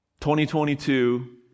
2022